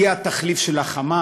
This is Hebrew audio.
מי יהיה התחליף של ה"חמאס"?